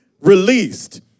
released